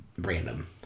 random